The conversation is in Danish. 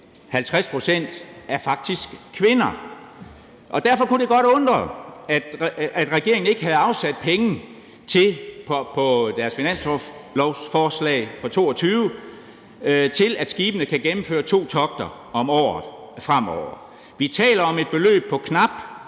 50 pct. faktisk er kvinder. Derfor kunne det godt undre, at regeringen ikke havde afsat penge på deres finanslovsforslag for 2022 til, at skibene kan gennemføre to togter om året fremover. Vi taler om et beløb på knap